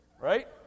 Right